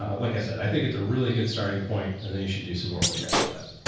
ah like i said, i think it's a really good starting point. and then you should do some more work after that.